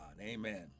amen